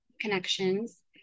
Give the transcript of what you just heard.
connections